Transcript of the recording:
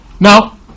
now